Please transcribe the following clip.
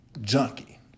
junkie